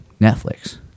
Netflix